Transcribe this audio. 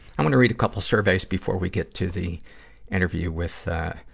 i wanna read a couple surveys before we get to the interview with, ah,